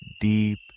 deep